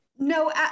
No